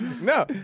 No